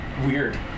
weird